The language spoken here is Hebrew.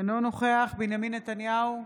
אינו נוכח בנימין נתניהו,